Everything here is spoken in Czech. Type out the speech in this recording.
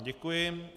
Děkuji.